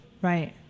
Right